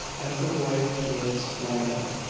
as the boy was lined up.